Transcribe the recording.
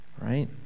right